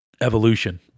evolution